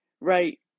right